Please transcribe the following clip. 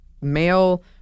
male